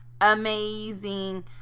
amazing